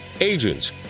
agents